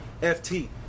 FT